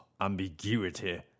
ambiguity